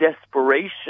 desperation